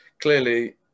clearly